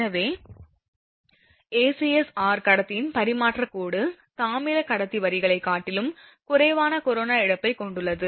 எனவே ஏசிஎஸ்ஆர் கடத்தியின் பரிமாற்றக் கோடு தாமிரக் கடத்தி வரிகளைக் காட்டிலும் குறைவான கொரோனா இழப்பைக் கொண்டுள்ளது